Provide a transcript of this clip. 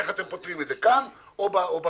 איך אתם פותרים את זה כאן או בכללים,